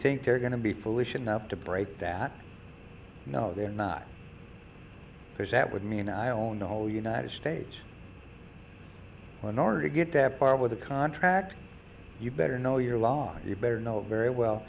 think they're going to be foolish enough to break that no they're not push that would mean i own the whole united states in order to get at par with a contract you better know your law you better know it very well